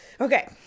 okay